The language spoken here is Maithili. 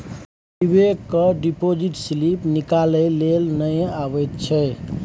बिबेक केँ डिपोजिट स्लिप निकालै लेल नहि अबैत छै